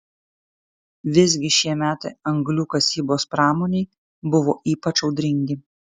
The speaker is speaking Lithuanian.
visgi šie metai anglių kasybos pramonei buvo ypač audringi